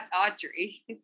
Audrey